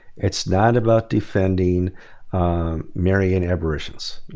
it's not about defending marian.